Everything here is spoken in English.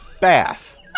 bass